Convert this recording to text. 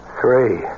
three